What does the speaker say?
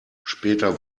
später